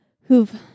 who've